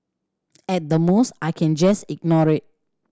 at the most I can just ignore it